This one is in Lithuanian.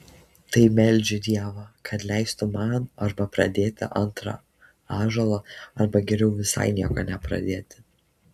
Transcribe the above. tai meldžiu dievą kad leistų man arba pradėti antrą ąžuolą arba geriau visai nieko nepradėti